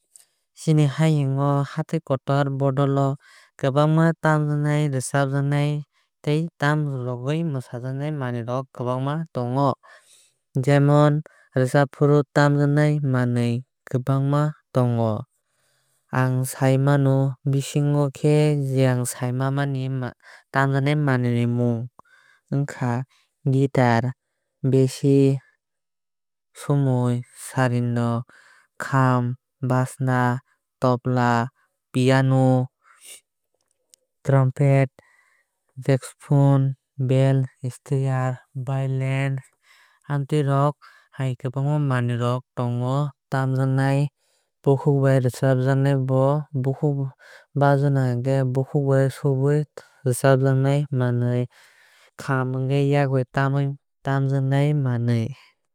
Chni hayungo hatai kotor bodol o kwbangma tamjaknai rwchabjagnai tei tamrogwui mwsajagnai kwbangma manwui rok tongo. Jemon rwchabfru taamjagnai manwui kwbangma tongo. Ang sai mano bisingo khe je ang sai manmani taamjaknaini mung ongkha guitar basi sumui sarenda kham bajna tobla piano trumpet saxophone bell sitar violin amtwuirok hai kwbangma manwui rok tongo taamjaknai. Bukhugbai bai rwchabjaknai bo bajna hinjhai bukhukbai subui rwchabjagnai manwui. Khaam hingkhai yak bai taamjaknai manwui.